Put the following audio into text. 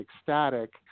ecstatic